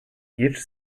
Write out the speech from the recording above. each